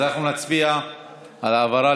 אז נצביע על העברה